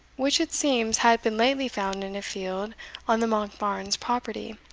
which, it seems, had been lately found in a field on the monkbarns property,